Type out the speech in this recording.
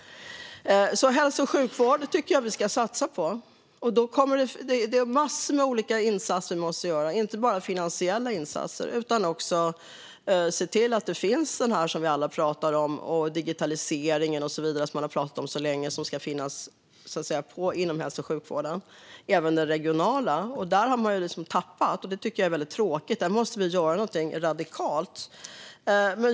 Hälso och sjukvård tycker jag att vi ska satsa på, och då är det massor med olika insatser vi måste göra. Det är inte bara finansiella insatser, utan vi måste också se till att det här finns som vi alla pratar om - digitaliseringen och så vidare som man har pratat om så länge och som ska finnas inom hälso och sjukvården, även den regionala. Där har man liksom tappat, och det tycker jag är tråkigt. Där måste vi göra något radikalt.